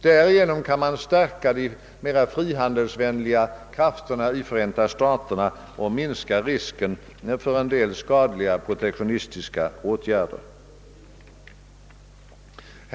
Därigenom skulle man stärka de mera frihandelsvänliga krafterna i Förenta staterna och minska risken för skadliga protektionistiska åtgärder.